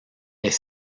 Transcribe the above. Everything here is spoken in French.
est